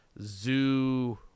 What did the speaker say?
zoo